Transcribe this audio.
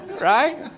Right